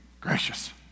gracious